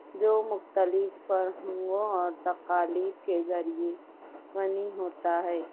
جو مختلف فرہنگوں اور تقالیب کے ذریعے غنی ہوتا ہے